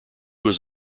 was